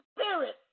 spirit